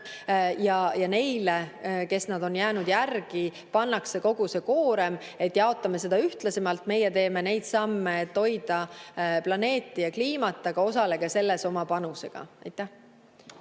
ja neile, kes nad on jäänud järgi, pannakse kogu see koorem, et jaotame seda ühtlasemalt – meie teeme neid samme, et hoida planeeti ja kliimat, aga osalege selles oma panusega. Palun